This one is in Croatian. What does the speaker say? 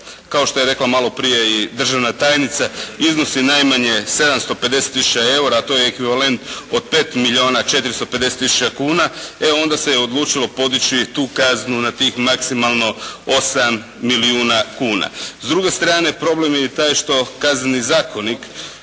kao što je rekla maloprije i državna tajnica iznosi najmanje 750 tisuća eura, a to je ekvivalent od pet milijuna 450 tisuća kuna, e onda se odlučio podići tu kaznu na tih maksimalno osam milijuna kuna. S druge strane problem je i taj što Kazneni zakonik